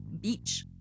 beach